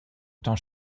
temps